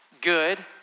good